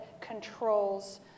controls